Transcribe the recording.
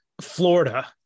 Florida